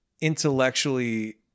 intellectually